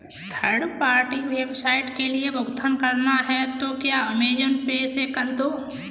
third party website के लिए भुगतान करना है तो क्या अमेज़न पे से कर दो